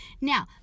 Now